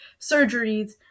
surgeries